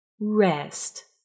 Rest